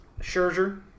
Scherzer